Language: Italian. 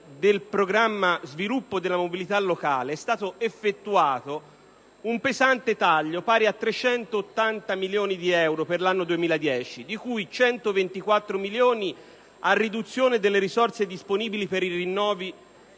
del programma «Sviluppo della mobilità locale» è stato effettuato un pesante taglio pari a 380 milioni di euro per l'anno 2010, di cui 124 milioni a riduzione delle risorse disponibili per i rinnovi